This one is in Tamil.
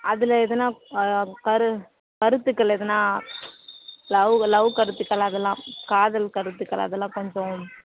எதுனா ஆ கரு கருத்துக்கள் எதுனா லவ் லவ் கருத்துக்கள் அதெல்லாம் காதல் கருத்துக்கள் அதெல்லாம் கொஞ்சம்